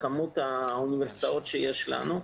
בכמות האוניברסיטאות שיש לנו,